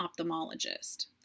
ophthalmologist